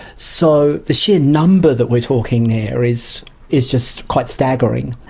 so the sheer number that we're talking there is is just quite staggering.